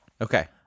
Okay